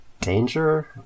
danger